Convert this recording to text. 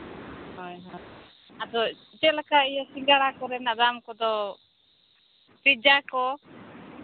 ᱦᱳᱭ ᱦᱳᱭ ᱟᱫᱚ ᱪᱮᱫ ᱞᱮᱟ ᱥᱤᱸᱜᱟᱲᱟ ᱠᱚᱨᱮᱱᱟᱜ ᱫᱟᱢ ᱠᱚᱫᱚ ᱯᱤᱡᱽᱡᱟ ᱠᱚ